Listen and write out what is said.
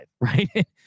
right